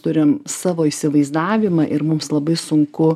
turim savo įsivaizdavimą ir mums labai sunku